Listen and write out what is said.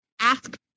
ask